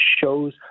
shows